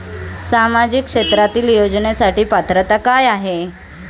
सामाजिक क्षेत्रांतील योजनेसाठी पात्रता काय आहे?